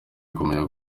kumenya